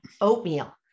oatmeal